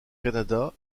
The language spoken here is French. canada